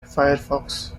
firefox